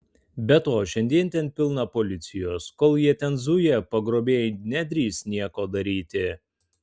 be to šiandien ten pilna policijos kol jie ten zuja pagrobėjai nedrįs nieko daryti